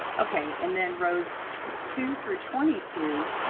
ok. and then rows two two through twenty two,